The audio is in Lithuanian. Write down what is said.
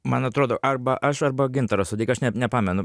man atrodo arba aš arba gintaras sodeika aš net nepamenu